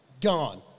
Gone